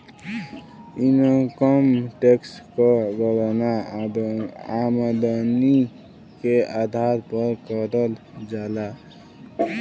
income tax क गणना आमदनी के आधार पर करल जाला